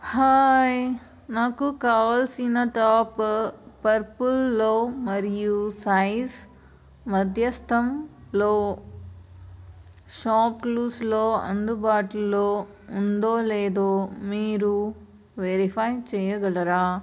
hi నాకు కావలసిన top పర్పుల్లో మరియు సైజ్ మధ్యస్థంలో షాప్ క్లూస్స్లో అందుబాటులో ఉందో లేదో మీరు వెరిఫై చేయగలరా